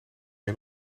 een